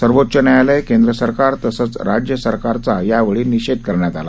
सर्वोच्च न्यायालय केंद्र सरकार तसंच राज्यसरकारचा यावेळी निषेध करण्यात आला